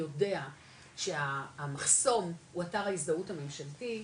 יודע שהמחסום הוא אתר ההזדהות הממשלתית,